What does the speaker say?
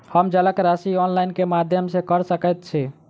हम जलक राशि ऑनलाइन केँ माध्यम सँ कऽ सकैत छी?